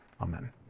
Amen